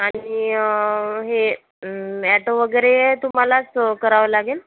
आणि हे ॲटो वगैरे तुम्हालाच करावं लागेल